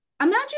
imagine